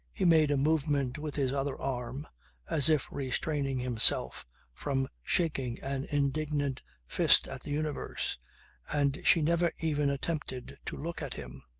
he made a movement with his other arm as if restraining himself from shaking an indignant fist at the universe and she never even attempted to look at him.